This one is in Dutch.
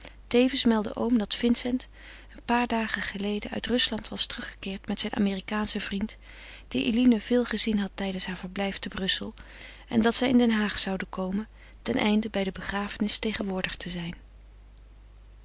tevens meldde oom dat vincent een paar dagen geleden uit rusland was teruggekeerd met zijn amerikaanschen vriend die eline veel gezien had tijdens haar verblijf te brussel en dat zij in den haag zouden komen teneinde bij de begrafenis tegenwoordig te zijn